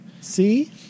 See